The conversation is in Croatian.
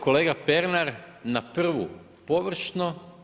Kolega Pernar, na prvu površno.